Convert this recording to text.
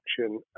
action